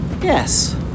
Yes